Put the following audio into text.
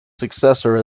successor